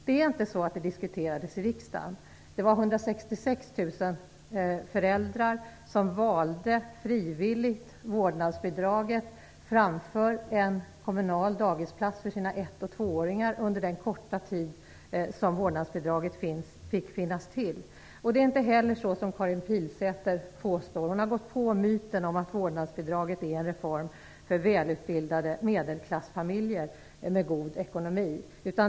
Det är inte så att förslaget bara diskuterats i riksdagen. Det var 166 000 föräldrar som frivilligt valde vårdnadsbidraget framför en kommunal dagisplats för sina ettåringar och tvååringar under den korta tid som vårdnadsbidraget fick finnas till. Det är inte heller så som Karin Pilsäter påstår. Hon har gått på myten om att vårdnadsbidraget är en reform för välutbildade medelklassfamiljer med god ekonomi.